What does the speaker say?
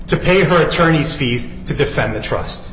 to pay her attorney's fees to defend the trust